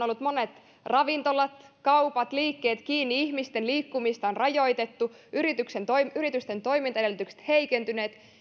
olleet monet ravintolat kaupat liikkeet kiinni ihmisten liikkumista on rajoitettu yritysten toimintaedellytykset heikentyneet